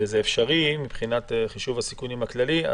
אם זה אפשרי מבחינת חישוב הסיכונים הכללי.